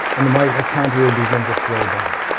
and the mitochondria begin to slow down.